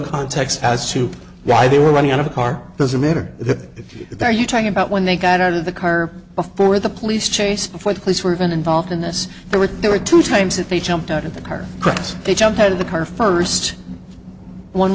context as to why they were running out of a car doesn't matter if you are you talking about when they got out of the car before the police chase before the police were even involved in this there were there were two times that they jumped out of the car cross they jumped out of the car first one